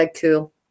cool